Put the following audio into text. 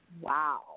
Wow